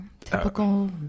Typical